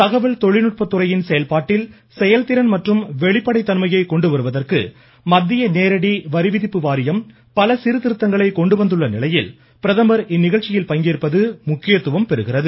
தகவல் தொழில்நுட்பத்துறையின் செயல்பாட்டில் செயல்திறன் மற்றும் வெளிப்படை தன்மையை கொண்டுவருவதற்கு மத்திய நேரடி வரி விதிப்பு வாரியம் பல சீர்திருத்தங்களை கொண்டு வந்துள்ள நிலையில் பிரதமர் இந்நிகழ்ச்சியில் பங்கேற்பது முக்கியத்துவம் பெறுகிறது